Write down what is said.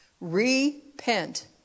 Repent